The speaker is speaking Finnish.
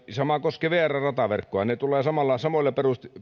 sama koskee vrn rataverkkoa ne tulevat samoilla